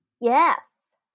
Yes